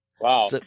Wow